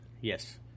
Yes